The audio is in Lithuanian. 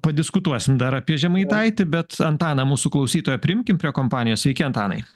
padiskutuosim dar apie žemaitaitį bet antaną mūsų klausytoją priimkim prie kompanijos sveiki antanai